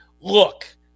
look